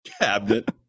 Cabinet